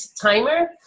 Timer